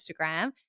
Instagram